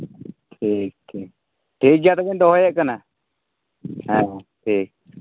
ᱴᱷᱤᱠ ᱴᱷᱤᱠ ᱴᱷᱤᱠ ᱜᱮᱭᱟ ᱛᱚᱵᱮᱧ ᱫᱚᱦᱚᱭᱮᱫ ᱠᱟᱱᱟ ᱦᱮᱸ ᱴᱷᱤᱠ